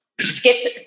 skipped